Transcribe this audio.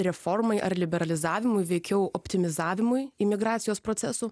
reformai ar liberalizavimui veikiau optimizavimui imigracijos procesų